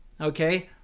okay